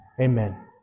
Amen